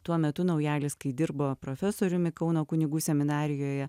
tuo metu naujalis kai dirbo profesoriumi kauno kunigų seminarijoje